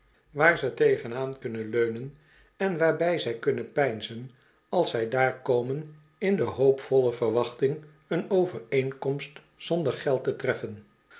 waar ze tegen aan kunnen leunen en waarbij zij kunnen peinzen als zij daar komen in de hoopvolle verwachting een overeenkomst zonder geld te treffen